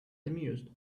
amused